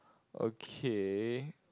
okay